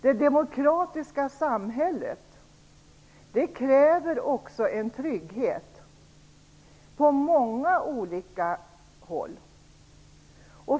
Det demokratiska samhället kräver också en trygghet på många olika sätt.